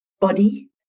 body